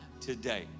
today